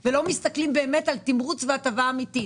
לא מסתכלים באמת על תמרוץ והטבה אמיתית.